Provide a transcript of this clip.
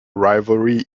rivalry